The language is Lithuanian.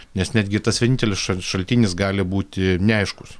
nes netgi tas vienintelis šal šaltinis gali būti neaiškus